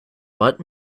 but